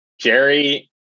Jerry